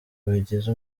bigize